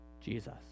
Jesus